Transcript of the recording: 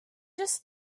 just